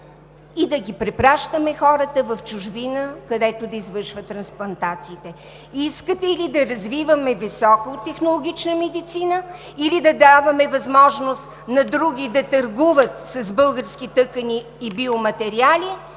и да препращаме хората в чужбина да извършват трансплантациите. Искате ли да развиваме високотехнологична медицина, или да даваме възможност на други да търгуват с български тъкани и биоматериали,